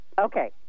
Okay